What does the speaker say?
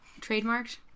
trademarked